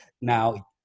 Now